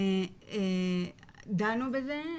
דנו בזה,